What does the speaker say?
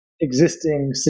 existing